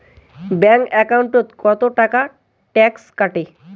Bank একাউন্টত কতো টাকা ট্যাক্স কাটে?